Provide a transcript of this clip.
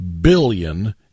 billion